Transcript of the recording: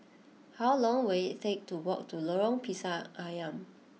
how long will it take to walk to Lorong Pisang Asam